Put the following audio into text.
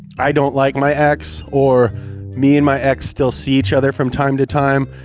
i don't like my ex, or me and my ex still see each other from time to time,